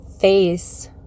face